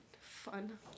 fun